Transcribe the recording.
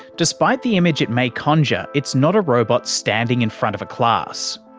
despite the image it may conjure, it's not a robot standing in front of a class,